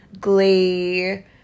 Glee